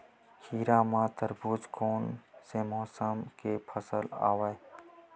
खीरा व तरबुज कोन से मौसम के फसल आवेय?